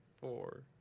four